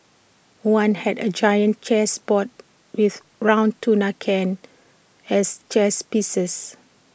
one had A giant chess board with round tuna cans as chess pieces